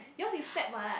yours is Feb what